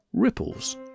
ripples